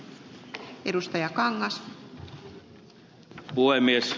arvoisa puhemies